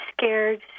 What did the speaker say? scared